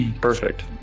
Perfect